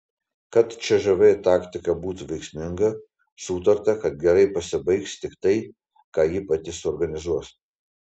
kad cžv taktika būtų veiksminga sutarta kad gerai pasibaigs tik tai ką ji pati suorganizuos